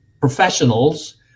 professionals